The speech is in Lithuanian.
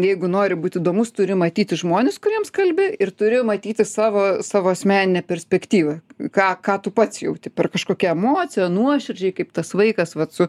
jeigu nori būt įdomus turi matyti žmones kuriems kalbi ir turi matyti savo savo asmeninę perspektyvą ką ką tu pats jauti per kažkokią emocija nuoširdžiai kaip tas vaikas vat su